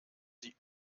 sie